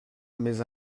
mais